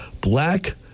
black